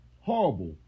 Horrible